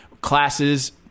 classes